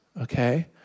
okay